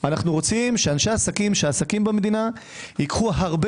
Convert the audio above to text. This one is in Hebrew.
אנו רואים שעסקים במדינה ייקחו הרבה